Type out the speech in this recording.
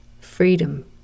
freedom